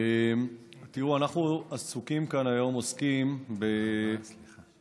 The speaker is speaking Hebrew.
תראו, אנחנו עסוקים כאן, היום עוסקים בדיון